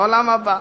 בעולם הבא.